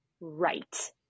right